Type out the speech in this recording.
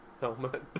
helmet